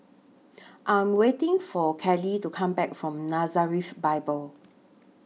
I Am waiting For Kaley to Come Back from Nazareth Bible